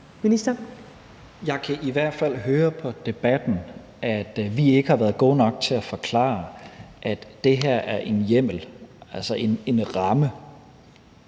Jeg kan i hvert fald høre på debatten, at vi ikke har været gode nok til at forklare, at det her er en hjemmel, altså en ramme.